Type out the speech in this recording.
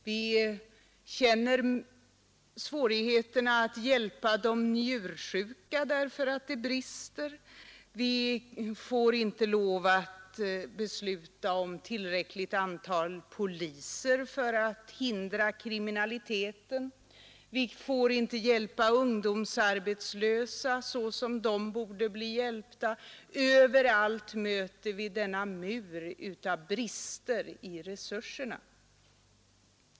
Vi känner till svårigheterna att hjälpa de njursjuka därför att det saknas pengar, vi får inte lov att besluta om tillräckligt antal poliser för att hindra kriminaliteten och vi får inte hjälpa ungdomsarbetslösa så som de borde bli hjälpta. Överallt möter vi denna mur av bristande resurser.